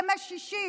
בימי שישי